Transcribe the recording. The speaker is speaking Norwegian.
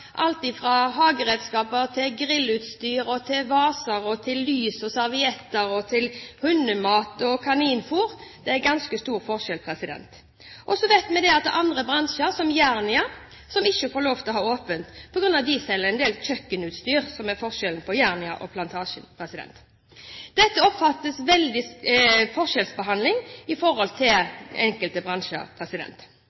alt fra hageredskaper, grillutstyr, vaser, lys og servietter til hundemat og kaninfôr – det er ganske stor forskjell. Så vet vi at andre bransjer, f.eks. Jernia, ikke får lov til å ha åpent, fordi de selger en del kjøkkenutstyr – til forskjell fra Plantasjen. Dette oppfattes som en veldig forskjellsbehandling i